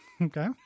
Okay